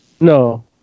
No